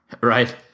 right